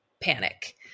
panic